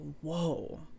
whoa